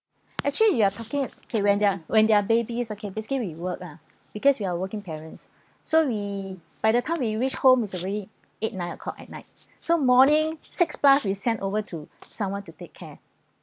actually you are talking okay when they are when they are babies okay basically we work ah because we are working parents so we by the time we reached home is already eight nine o'clock at night so morning six plus we sent over to someone to take care